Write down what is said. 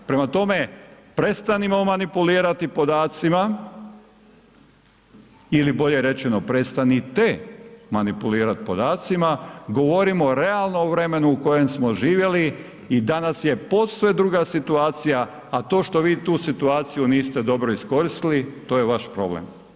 Prema tome, prestanimo manipulirati podacima ili bolje rečeno, prestanite manipulirati podacima, govorimo o realnom vremenu u kojem smo živjeli i danas je posve druga situacija a to što vi tu situaciju niste dobro iskoristili, to je vaš problem.